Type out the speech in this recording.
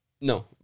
No